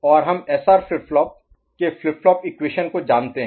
और हम SR flip flop के फ्लिप फ्लॉप इक्वेशन को जानते हैं